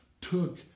took